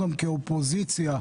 האופוזיציה,